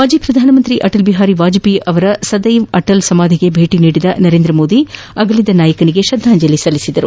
ಮಾಜಿ ಪ್ರಧಾನಮಂತ್ರಿ ಆಟಲ್ ಬಿಹಾರಿ ವಾಜಪೇಯಿ ಅವರ ಸದೈವ್ ಆಟಲ್ ಸಮಾಧಿಗೆ ಭೇಟಿ ನೀಡಿದ ನರೇಂದ್ರ ಮೋದಿ ಅಗಲಿದ ನಾಯಕನಿಗೆ ಶ್ರದ್ಧಾಂಜಲಿ ಸಲ್ಲಿಸಿದರು